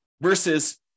versus